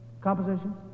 compositions